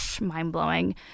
mind-blowing